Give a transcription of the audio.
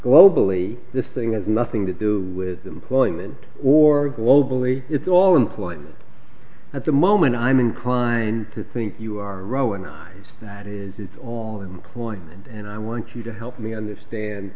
globally this thing has nothing to do with employment or globally it's all employment at the moment i'm inclined to think you are rowing higher that is all employed and i want you to help me understand